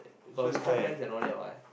got mutual friends and all that what